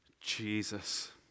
Jesus